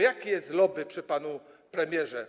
Jakie jest lobby przy panu premierze?